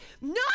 No